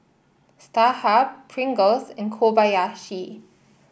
Starhub Pringles and Kobayashi